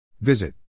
Visit